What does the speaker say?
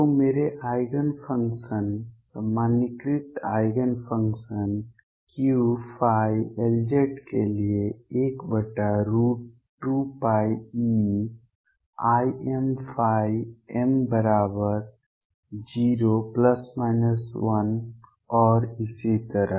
तो मेरे eigen function सामान्यीकृत आइगेन फंक्शन Qϕ Lz के लिए 12πeimϕ m बराबर 0 ± 1 और इसी तरह